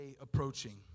approaching